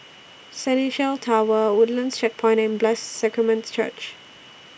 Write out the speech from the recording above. Centennial Tower Woodlands Checkpoint and Blessed Sacrament Church